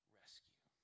rescue